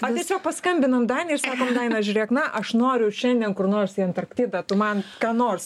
ar tiesiog paskambinam dainai ir sakom daina žiūrėk na aš noriu šiandien kur nors į antarktidą tu man ką nors